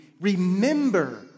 Remember